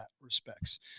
respects